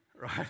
right